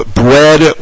bread